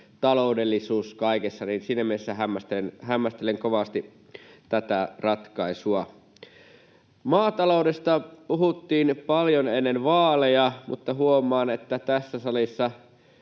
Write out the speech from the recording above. taloudellisuus kaikessa, niin että siinä mielessä hämmästelen kovasti tätä ratkaisua. Maataloudesta puhuttiin paljon ennen vaaleja, mutta huomaan, että tässä salissa